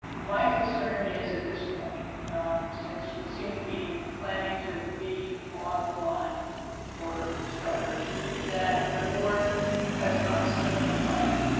my concern is at this point since we seem to be planning to be online for starters, that the board has not seen the plan